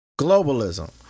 Globalism